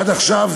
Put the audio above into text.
עד עכשיו,